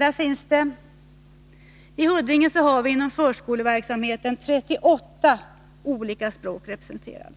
Där har vi inom förskoleverksamheten 38 olika språk representerade.